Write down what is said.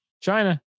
China